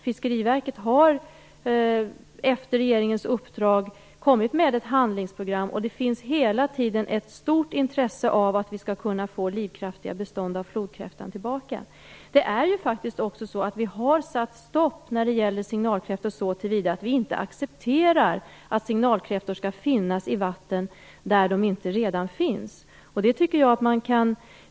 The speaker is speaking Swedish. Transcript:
Fiskeriverket har efter regeringens uppdrag lagt fram ett handlingsprogram, och det finns hela tiden ett stort intresse av att vi skall kunna få livskraftiga bestånd av flodkräftan tillbaka. Vi har faktiskt också satt stopp när det gäller signalkräftor så till vida att vi inte accepterar att signalkräftor skall sättas ut i vatten där de inte redan finns.